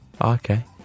Okay